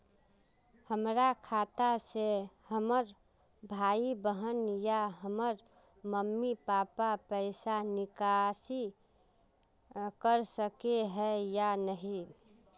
हमरा खाता से हमर भाई बहन या हमर मम्मी पापा पैसा निकासी कर सके है या नहीं?